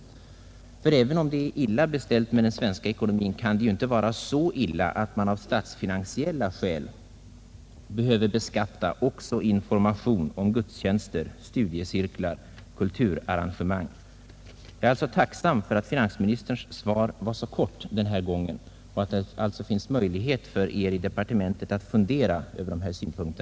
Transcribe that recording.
Även om det är dåligt beställt med den svenska ekonomin, kan det inte vara så illa att vi av statsfinansiella skäl behöver beskatta också information om gudstjänster, studiecirklar och kulturarrangemang. Jag är alltså tacksam för att finansministerns svar var så kort den här gången och att det alltså finns möjlighet för departementet att fundera över dessa synpunkter.